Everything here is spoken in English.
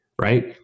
right